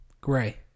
Gray